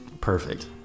Perfect